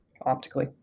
optically